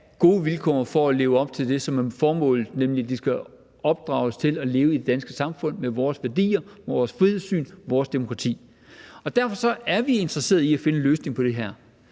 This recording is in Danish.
gode vilkår for at leve op til det, som er formålet, nemlig at de skal opdrages til at leve i det danske samfund med vores værdier, vores frihedssyn, vores demokrati. Derfor er vi interesseret i at finde en løsning på det her.